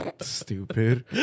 Stupid